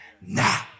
now